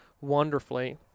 wonderfully